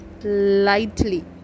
lightly